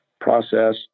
process